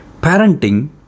Parenting